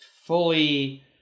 fully